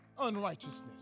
unrighteousness